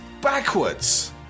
backwards